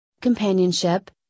companionship